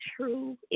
true